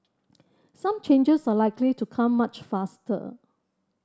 some changes are likely to come much faster